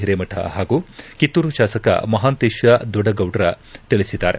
ಹಿರೇಮಠ ಹಾಗೂ ಕಿತ್ತೂರು ಶಾಸಕ ಮಹಾಂತೇಶ ದೊಡಗೌಡ್ರ ತಿಳಿಸಿದ್ದಾರೆ